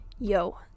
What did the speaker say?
Yo